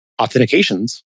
authentications